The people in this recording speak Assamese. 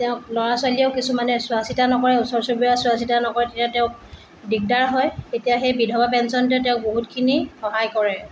তেওঁক ল'ৰা ছোৱালীয়েও কিছুমানে চোৱা চিতা নকৰে ওচৰ চুবুৰীয়াইও চোৱা চিতা নকৰে তেতিয়া তেওঁক দিগদাৰ হয় তেতিয়া সেই বিধৱা পেঞ্চনটোৱে তেওঁক বহুতখিনি সহায় কৰে